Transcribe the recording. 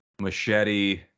machete